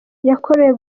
yakorewe